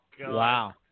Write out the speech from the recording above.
Wow